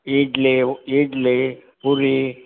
ಇಡ್ಲಿಇಡ್ಲಿ puri